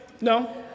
No